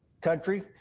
country